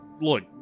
look